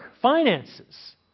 finances